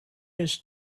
his